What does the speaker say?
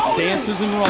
dances and